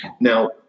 Now